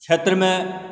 क्षेत्रमे